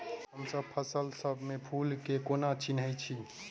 हमसब फसल सब मे फूल केँ कोना चिन्है छी?